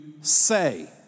say